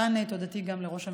כאן תודתי גם לראש הממשלה.